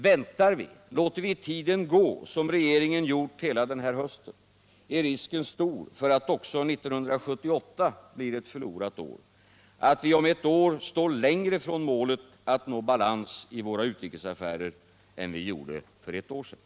Väntar vi, låter vi tiden gå som regeringen gjort hela den här hösten, är risken stor att också 1978 blir ett förlorat år, att vi om ett år står längre från målet att nå balans i våra utrikesaffärer än vi gjorde för ett år sedan.